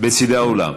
בצדי האולם.